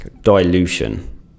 dilution